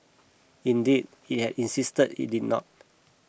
indeed it had insisted it did not